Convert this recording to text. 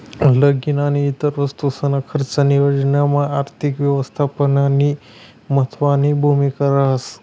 लगीन आणि इतर वस्तूसना खर्चनी योजनामा आर्थिक यवस्थापननी महत्वनी भूमिका रहास